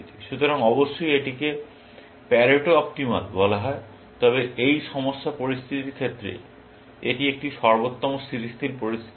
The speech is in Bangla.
সুতরাং অবশ্যই এটিকে প্যারেটো অপ্টিমাল বলা হয় তবে এই সমস্যা পরিস্থিতির ক্ষেত্রে এটি একটি সর্বোত্তম স্থিতিশীল পরিস্থিতি নয়